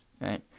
right